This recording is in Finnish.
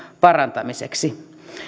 parantamiseksi